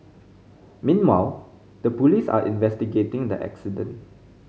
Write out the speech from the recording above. meanwhile the police are investigating the accident